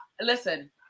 listen